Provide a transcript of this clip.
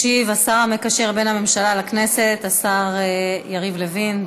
ישיב השר המקשר בין הממשלה לכנסת, השר יריב לוין.